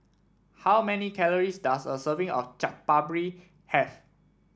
how many calories does a serving of Chaat Papri have